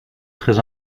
très